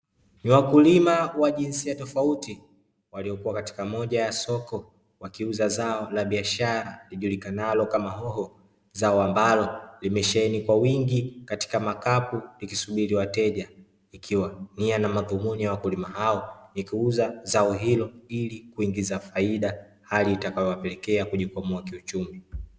Wakulima wa jinsia tofauti, waliopo katika moja ya soko wakiuza zao la biashara lijulikanalo kama hoho. Zao ambalo limesheheni kwa wingi katika makopo likisubiri wateja, ikiwa nia na madhumuni ya wakulima hao ni kuuza zao hilo ili kuingiza faida, hali itakayowapelekea kujikwamua kiuchumi.